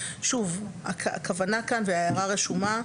הכוונה כאן וההערה רשומה,